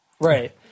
right